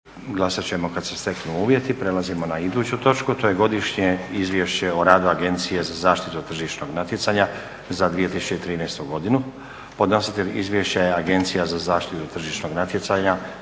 **Stazić, Nenad (SDP)** Prelazimo na iduću točku. To je 13. Godišnje izvješće o radu Agencije za zaštitu tržišnog natjecanja za 2013. godinu Podnositelj izvješća je Agencija za zaštitu tržišnog natjecanja,